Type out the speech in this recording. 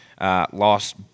Lost